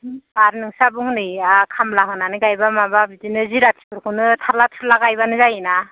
आर नोंस्रांबो हनै आर खामला होनानै गायबा माबा बिदिनो जिराथिफोरखौनो थारला थुरला गायबानो जायो ना